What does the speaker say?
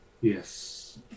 Yes